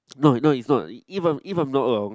no no it's not if I'm if I'm not wrong